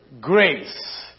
grace